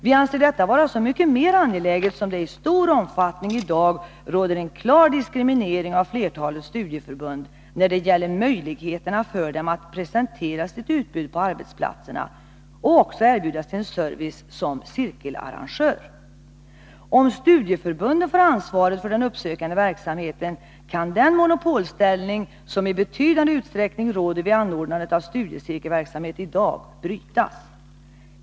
Vi anser detta vara så mycket mer angeläget som det i stor omfattning i dag råder en klar diskriminering av flertalet studieförbund när det gäller möjligheterna för dem att presentera sitt utbud på arbetsplatserna och erbjuda sin service också som cirkelarrangör. Om studieförbunden får ansvaret för den uppsökande verksamheten kan den monopolställning som i betydande utsträckning råder vid anordnandet av studiecirkelverksamhet i dag brytas.